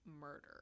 murder